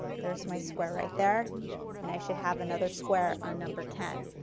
there is my square right there and i should have another square on number ten.